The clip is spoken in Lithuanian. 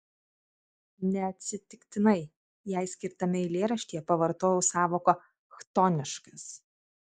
neatsitiktinai jai skirtame eilėraštyje pavartojau sąvoką chtoniškas